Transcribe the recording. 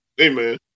Amen